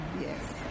Yes